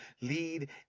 lead